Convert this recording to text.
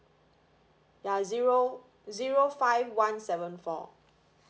ya zero zero five one seven four